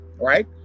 right